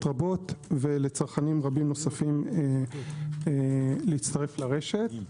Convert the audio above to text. רבות ולצרכנים רבים נוספים להצטרף לרשת.